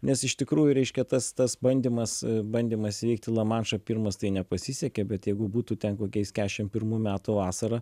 nes iš tikrųjų reiškia tas tas bandymas bandymas įveikti lamanšą pirmas tai nepasisekė bet jeigu būtų ten kokiais kedešim pirmų metų vasarą